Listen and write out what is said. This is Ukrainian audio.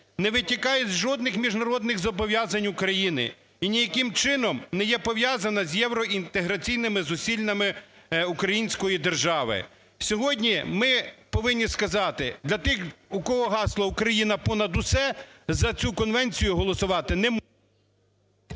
не витікає з жодних міжнародних зобов'язань України і ніяким чином не пов'язана з євроінтеграційними зусиллями української держави. Сьогодні ми повинні сказати, для тих, у кого гасло "Україна понад усе!", за цю конвенцію голосувати не можна.